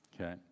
okay